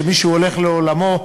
כשמישהו הולך לעולמו,